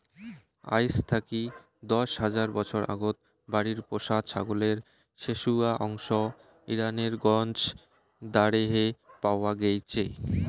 আইজ থাকি দশ হাজার বছর আগত বাড়িত পোষা ছাগলের শেশুয়া অংশ ইরানের গঞ্জ দারেহে পাওয়া গেইচে